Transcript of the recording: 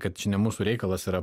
kad čia ne mūsų reikalas yra